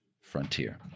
frontier